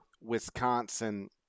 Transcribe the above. Wisconsin –